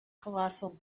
colossal